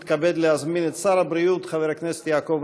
אני מתכבד להזמין את שר הבריאות חבר הכנסת יעקב